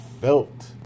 felt